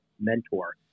mentor